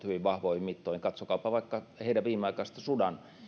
hyvin vahvoihin mittoihin katsokaapa vaikka heidän viimeaikaista sudan